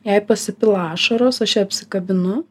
jai pasipila ašaros aš ją apsikabinu